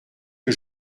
que